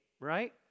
right